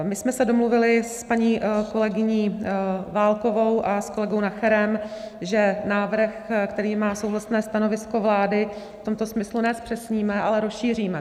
My jsme se domluvili s paní kolegyní Válkovou a s kolegou Nacherem, že návrh, který má souhlasné stanovisko vlády, v tomto smyslu ne zpřesníme, ale rozšíříme.